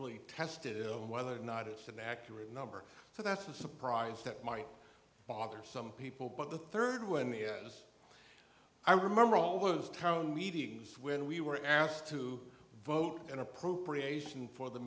fully tested ill whether or not it's an accurate number so that's a surprise that might bother some people but the third one is i remember all those town meetings when we were asked to vote an appropriation for the